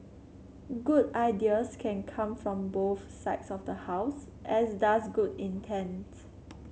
good ideas can come from both sides of the House as does good intents